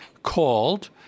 called